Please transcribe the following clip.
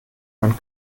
man